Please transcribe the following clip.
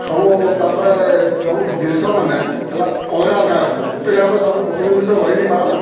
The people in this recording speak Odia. ସବୁ ତାପରେ ସବୁ ଜିନିଷ ମାନ ହେଲା ଅଲଗା ଅଲଗା ରଖୁ ଗୋଟେ ଜାଗା ତ ସବୁ ପଶୁ ଜନ୍ତୁ ତ ରହିନି ପାରନ୍